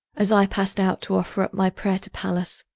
as i passed out to offer up my prayer to pallas,